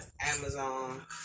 Amazon